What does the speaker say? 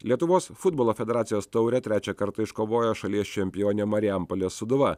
lietuvos futbolo federacijos taurę trečią kartą iškovojo šalies čempionė marijampolės sūduva